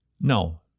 no